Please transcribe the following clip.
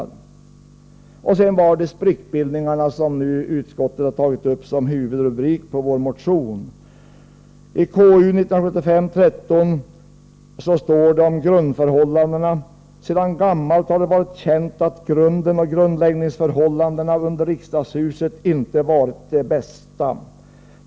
Sedan vill jag komma till frågan om sprickbildningarna, som utskottet har tagit upp som huvudrubrik på vår motion. I KU:s betänkande 1975:13 står det följande om grundförhållandena: ”Sedan gammalt har det varit känt att grunden och grundläggningsförhållandena under riksdagshuset inte varit de bästa.